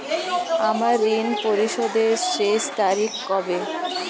আমার ঋণ পরিশোধের শেষ তারিখ কবে?